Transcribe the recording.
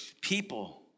people